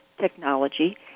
technology